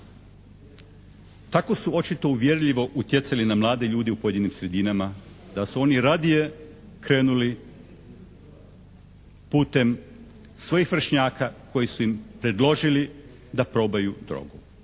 tako su očito uvjerljivo utjecali na mlade ljude u pojedinim sredinama da su oni radije krenuli putem svojih vršnjaka koji su im predložili da probaju drogu,